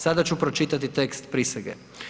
Sada ću pročitati tekst prisege.